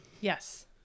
Yes